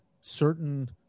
certain